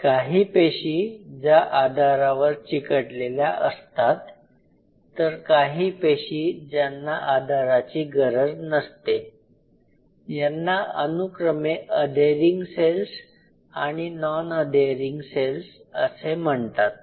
काही पेशी ज्या आधारावर चिकटलेल्या असतात तर काही पेशी ज्यांना आधाराची गरज नसते यांना अनुक्रमे अधेरिंग सेल्स आणि नॉन अधेरिंग सेल्स असे म्हणतात